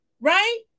right